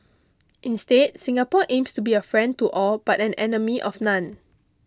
instead Singapore aims to be a friend to all but an enemy of none